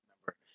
remember